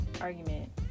argument